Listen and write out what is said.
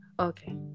Okay